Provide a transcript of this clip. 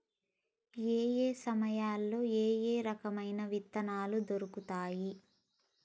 ఏయే సమయాల్లో ఏయే రకమైన విత్తనాలు దొరుకుతాయి?